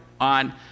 on